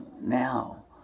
Now